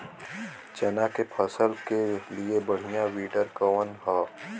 चना के फसल के लिए बढ़ियां विडर कवन ह?